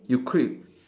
you quit